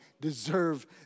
deserve